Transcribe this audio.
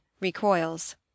recoils